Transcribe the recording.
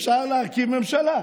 אפשר להרכיב ממשלה.